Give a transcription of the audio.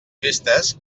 festes